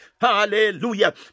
Hallelujah